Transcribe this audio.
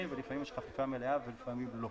ולפעמים יש חפיפה מלאה ולפעמים לא.